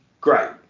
great